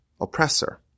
oppressor